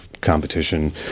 competition